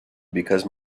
because